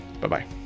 bye-bye